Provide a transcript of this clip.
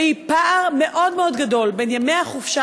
והיא פער מאוד מאוד גדול בין ימי החופשה